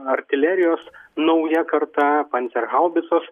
artilerijos nauja karta panterhaubicos